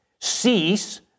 Cease